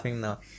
now